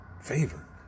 favor